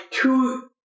two